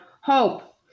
hope